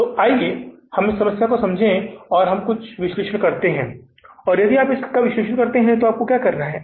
तो आइए हम इस समस्या को समझें और हमें कुछ विश्लेषण करने दें और यदि आप कुछ विश्लेषण करते हैं तो आपको क्या करना है